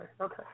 okay